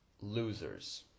losers